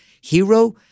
hero